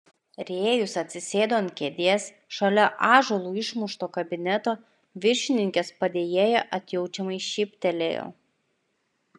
rėjus atsisėdo ant kėdės šalia ąžuolu išmušto kabineto viršininkės padėjėja atjaučiamai šyptelėjo